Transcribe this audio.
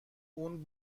اون